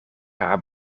haar